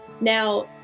now